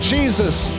Jesus